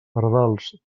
pardals